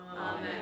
Amen